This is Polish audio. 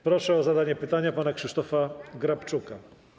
Proszę o zadanie pytania pana Krzysztofa Grabczuka.